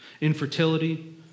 Infertility